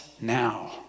now